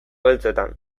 beltzetan